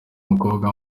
mukobwa